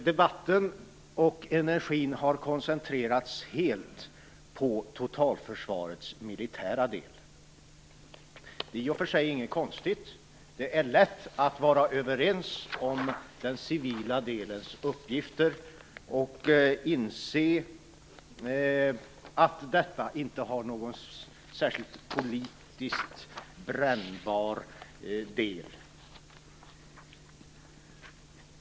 Debatten och energin har koncentrerats helt på totalförsvarets militära del. Det är i och för sig inget konstigt. Det är lätt att vara överens om den civila delens uppgifter och inse att den politiskt sett inte är särskilt brännbar.